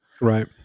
Right